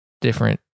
different